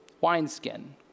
wineskin